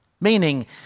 Meaning